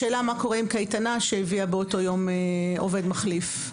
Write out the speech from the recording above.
השאלה מה קורה עם קייטנה שהביאה באותו יום עובד מחליף.